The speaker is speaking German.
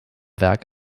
werk